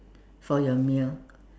for your meal